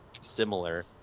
similar